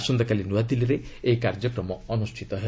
ଆସନ୍ତାକାଲି ନୂଆଦିଲ୍ଲୀରେ ଏହି କାର୍ଯ୍ୟକ୍ରମ ଅନୁଷ୍ଠିତ ହେବ